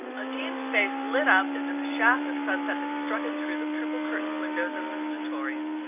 undine's face lit up as if a shaft of sunset had struck it through the triple-curtained windows of the stentorian.